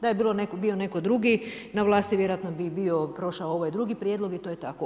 Da je bio netko drugi na vlasti vjerojatno bi bio prošao ovaj drugi prijedlog i to je tako.